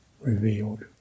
revealed